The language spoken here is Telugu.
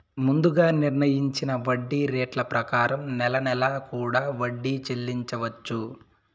ముందుగా నిర్ణయించిన వడ్డీ రేట్ల ప్రకారం నెల నెలా కూడా వడ్డీ చెల్లించవచ్చు